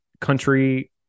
country